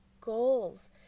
goals